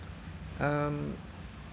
um